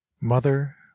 mother